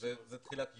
זה תחילת יוני.